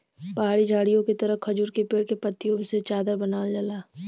पहाड़ी झाड़ीओ के तरह खजूर के पेड़ के पत्तियों से चादर बनावल जाला